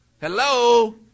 Hello